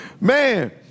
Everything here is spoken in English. Man